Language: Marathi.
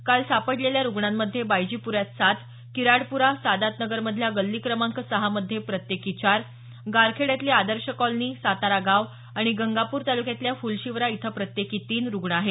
काल सापडलेल्या रुग्णांमध्ये बायजीप्ऱ्यात सात किराडप्रा सादात नगरमधल्या गल्ली क्रमांक सहा मध्ये प्रत्येकी चार गारखेड्यातली आदर्श कॉलनी सातारा गाव आणि गंगापूर तालुक्यातल्या फुलशिवरा इथं प्रत्येकी तीन रुग्ण आहेत